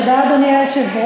תודה, אדוני היושב-ראש.